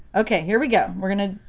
okay here we go, we're gonna,